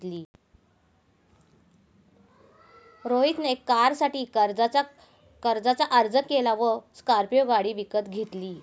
रोहित ने कारसाठी कर्जाचा अर्ज केला व स्कॉर्पियो गाडी विकत घेतली